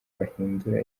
bahindura